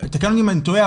תקן אותי אם אני טועה,